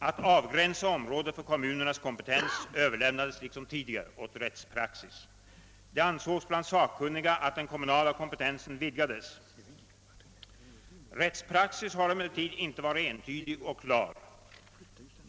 Att avgränsa området för kommunernas kompetens överlämnades liksom tidigare åt rättspraxis, Det ansågs bland sakkunniga att den kommunala kompetensen vidgades, Rättspraxis har emellertid inte varit entydig och klar.